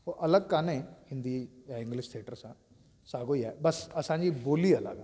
उहो अलॻि काने हिंदी ऐं इंगलिश थिएटर सां साॻियो ई आहे बसि असांजी ॿोली अलॻि आहे